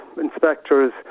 inspectors